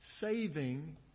saving